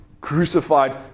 crucified